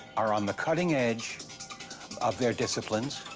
are on the cutting edge of their disciplines.